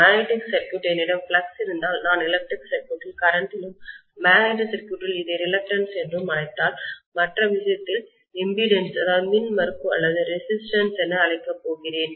magnetic circuit என்னிடம் flux இருந்தால் நான் எலக்ட்ரிக் சர்க்யூட் கரண்ட்டிலும் மேக்னடிக் சர்க்யூட்டிலும் இதை ரிலக்டன்ஸ் என்று அழைத்தால் மற்ற விஷயத்தில் இம்பிடிடன்ஸ்மின்மறுப்பு அல்லது ரெசிஸ்டன்ஸ் என அழைக்கப் போகிறேன்